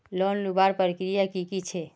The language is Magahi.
लोन लुबार प्रक्रिया की की छे?